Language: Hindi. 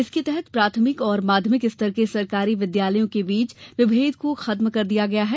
इसके तहत प्राथमिक और माध्यमिक स्तर के सरकारी विद्यालयों के बीच विभेद को समाप्त कर दिया जाएगा